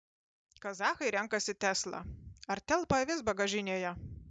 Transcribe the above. kazachai renkasi tesla ar telpa avis bagažinėje